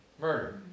Murder